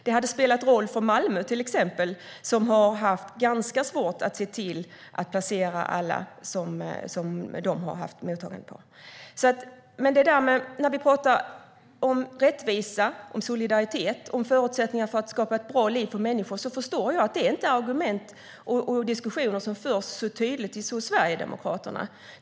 Det hade spelat roll för Malmö, till exempel, som har haft ganska svårt att se till att placera alla som de har tagit emot. När vi talar om rättvisa, solidaritet och förutsättningar för att skapa ett bra liv för människor förstår jag att det inte är argument och diskussioner som förs så tydligt inom Sverigedemokraterna.